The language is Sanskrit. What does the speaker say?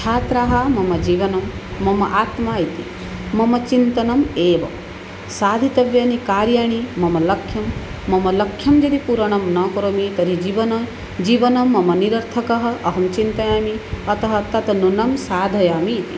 छात्राः मम जीवनं मम आत्मा इति मम चिन्तनम् एव साधितव्यानि कार्याणि मम लक्ष्यं मम लक्ष्यं यदि पूर्णं न करोमि तर्हि जीवन जीवनं मम निरर्थकम् अहं चिन्तयामि अतः तत् नूनं साधयामि इति